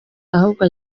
ahubwo